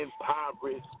impoverished